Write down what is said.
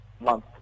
month